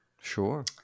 Sure